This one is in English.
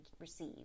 receive